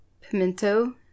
pimento